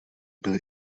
byly